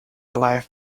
life